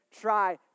try